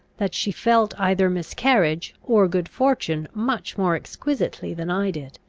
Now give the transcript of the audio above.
that she felt either miscarriage or good fortune much more exquisitely than i did.